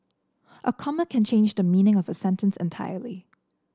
a comma can change the meaning of a sentence entirely